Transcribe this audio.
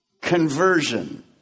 conversion